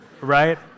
right